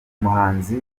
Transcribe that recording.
muhanzi